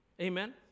Amen